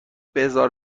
بزار